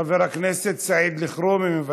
חבר הכנסת סעיד אלחרומי, מוותר,